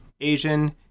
Asian